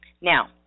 Now